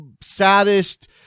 saddest